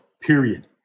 Period